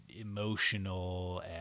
emotional